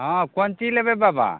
हँ कोन चीज लेबै बाबा